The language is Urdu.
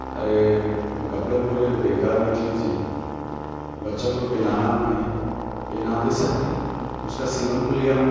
وہ کپڑے پورے بیکار نکلے جی بچوں کو پنہایا میں پنہاتے ساتھ ہی اس کا سیون کھل گیا